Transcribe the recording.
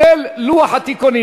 בדבר הפחתת תקציב לא נתקבלו.